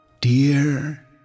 Dear